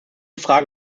fragen